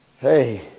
Hey